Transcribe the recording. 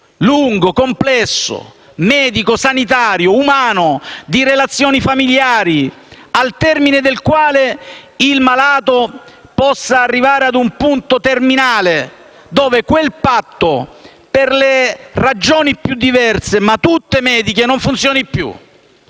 lungo e complesso percorso medico, sanitario, umano e di relazioni familiari, al termine del quale il malato possa arrivare ad un punto terminale, in cui quel patto - per le ragioni più diverse, ma tutte mediche - non funzioni più.